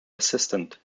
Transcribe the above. assistant